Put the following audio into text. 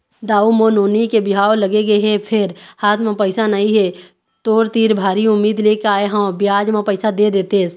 दाऊ मोर नोनी के बिहाव लगगे हे फेर हाथ म पइसा नइ हे, तोर तीर भारी उम्मीद लेके आय हंव बियाज म पइसा दे देतेस